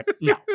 no